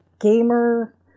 gamer